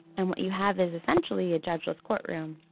and what you have is essentially a judge's courtroom.